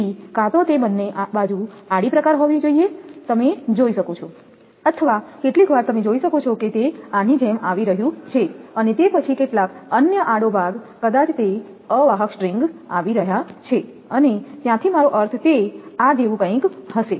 તેથી કાં તો તે બંને બાજુ આડી પ્રકાર હોવી જોઈએ તમે જોઈ શકો છો અથવા કેટલીકવાર તમે જોઈ શકો છો કે તે આની જેમ આવી રહ્યું છે અને તે પછી કેટલાક અન્ય આડો ભાગ કદાચ તે અવાહક સ્ટ્રિંગ આવી રહ્યા છે અને ત્યાંથી મારો અર્થ તે આ જેવું કંઈક હશે